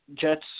Jets